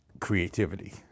creativity